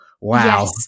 wow